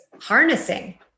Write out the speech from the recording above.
harnessing